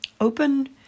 open